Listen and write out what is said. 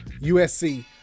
USC